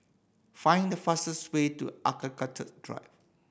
find the fastest way to Architecture Drive